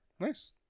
Nice